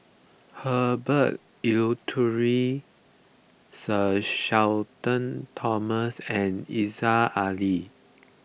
Herbert Eleuterio Sir Shenton Thomas and Aziza Ali